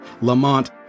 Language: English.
Lamont